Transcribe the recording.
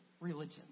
religion